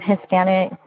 Hispanic